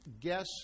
guess